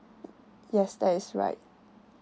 yes that is right